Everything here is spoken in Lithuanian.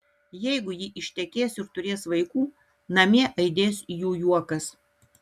jeigu ji ištekės ir turės vaikų namie aidės jų juokas